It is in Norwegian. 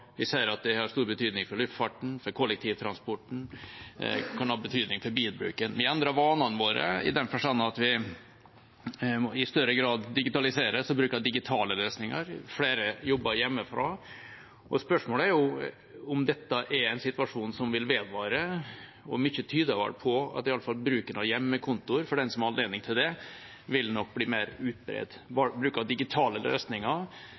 vi ser at den har stor betydning for luftfarten, for kollektivtransporten, og den kan ha betydning for bilbruken. Vi endrer vanene våre, i den forstand at vi i større grad bruker digitale løsninger, og flere jobber hjemmefra. Spørsmålet er om dette er en situasjon som vil vedvare, og mye tyder vel på at i hvert fall bruken av hjemmekontor, for dem som har anledning til det, vil bli mer utbredt. Bruk av digitale løsninger